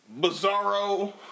Bizarro